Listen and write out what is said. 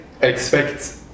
expect